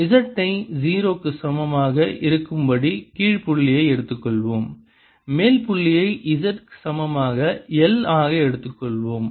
z ஐ 0 க்கு சமமாக இருக்கும்படி கீழ் புள்ளியை எடுத்துக்கொள்வோம் மேல் புள்ளியை z சமமாக L ஆக எடுத்துக்கொள்வோம்